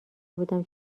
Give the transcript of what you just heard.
بودم